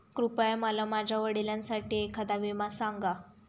कृपया मला माझ्या वडिलांसाठी एखादा विमा सांगा